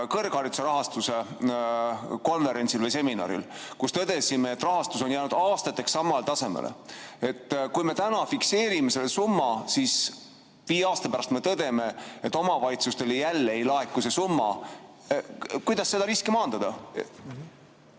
kõrghariduse rahastuse seminaril, kus tõdesime, et rahastus on jäänud aastateks samale tasemele. Kui me täna fikseerime selle summa, siis viie aasta pärast me tõdeme, et omavalitsustele jälle see summa ei laeku. Kuidas seda riski maandada?